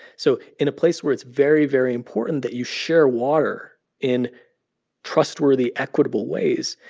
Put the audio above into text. so in a place where it's very, very important that you share water in trustworthy, equitable ways,